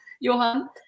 Johan